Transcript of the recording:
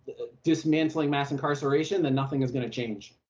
dismantling mass incarceration then nothing is gonna change.